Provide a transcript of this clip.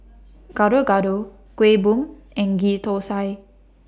Gado Gado Kuih Bom and Ghee Tosai